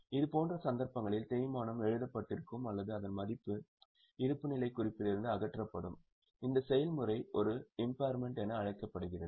இதுபோன்ற சந்தர்ப்பங்களில் தேய்மானம் எழுதப்பட்டிருக்கும் அல்லது அதன் மதிப்பு இருப்புநிலைக் குறிப்பிலிருந்து அகற்றப்படும் அந்த செயல்முறை ஒரு இம்பார்மென்ட் என அழைக்கப்படுகிறது